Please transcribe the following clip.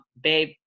babe